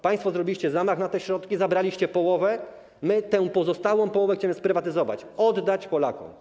Państwo zrobiliście zamach na te środki, zabraliście połowę, a my tę pozostałą połowę chcemy sprywatyzować, oddać Polakom.